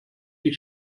die